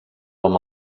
amb